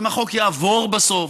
אם החוק יעבור בסוף,